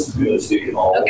Okay